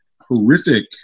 horrific